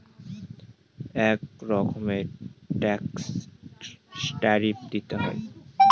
এক রকমের ট্যাক্সে ট্যারিফ দিতে হয়